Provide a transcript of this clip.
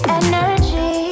energy